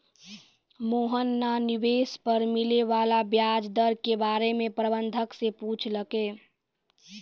मोहन न निवेश पर मिले वाला व्याज दर के बारे म प्रबंधक स पूछलकै